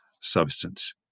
substance